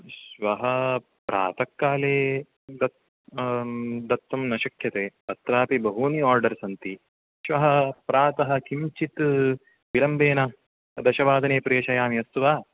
श्वः प्रातःकाले ग् दातुं न शक्यते अत्रापि बहूनि आर्डर् सन्ति श्वः प्रातः किञ्चित् विलम्बेन दशवादने प्रेषयामि अस्तु वा